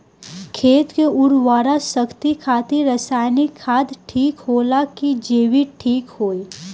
खेत के उरवरा शक्ति खातिर रसायानिक खाद ठीक होला कि जैविक़ ठीक होई?